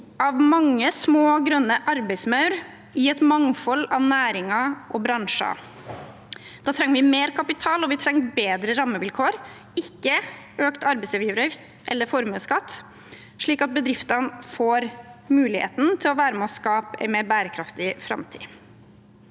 av mange små og grønne arbeidsmaur i et mangfold av næringer og bransjer. Da trenger vi mer kapital, og vi trenger bedre rammevilkår – ikke økt arbeidsgiveravgift eller formuesskatt – slik at bedriftene får muligheten til å være med og skape en mer bærekraftig framtid.